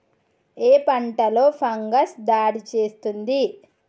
ఏ పంటలో ఫంగస్ దాడి చేస్తుంది?